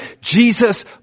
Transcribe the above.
Jesus